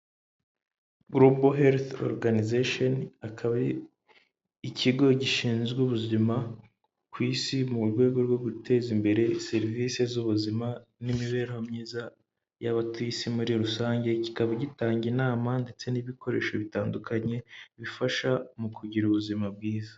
Gorobo herifu oruganizesheni, akaba ari ikigo gishinzwe ubuzima ku isi mu rwego rwo guteza imbere serivisi z'ubuzima n'imibereho myiza y'abatuye isi muri rusange, kikaba gitanga inama ndetse n'ibikoresho bitandukanye bifasha mu kugira ubuzima bwiza.